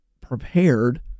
prepared